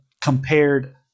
compared